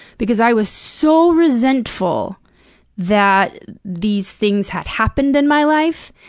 because i was so resentful that these things had happened in my life,